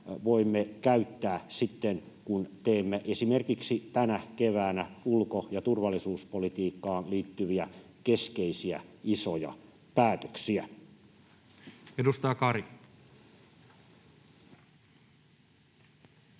voimme käyttää sitten, kun teemme esimerkiksi tänä keväänä ulko- ja turvallisuuspolitiikkaan liittyviä keskeisiä isoja päätöksiä. Edustaja Kari. Arvoisa